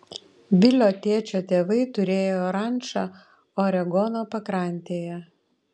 vilio tėčio tėvai turėjo rančą oregono pakrantėje